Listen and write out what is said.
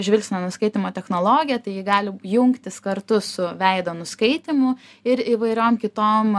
žvilgsnio nuskaitymo technologiją tai ji gali jungtis kartu su veido nuskaitymu ir įvairiom kitom